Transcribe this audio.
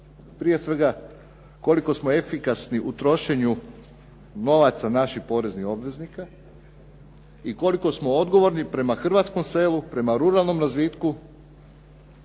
prije svega koliko smo efikasni u trošenju novaca naših poreznih obveznika i koliko smo odgovorni prema hrvatskom selu, prema ruralnom razvitku